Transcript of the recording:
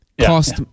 Cost